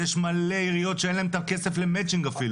ויש מלא עיריות שאין להן את הכסף למאצ'ינג אפילו.